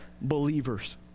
believers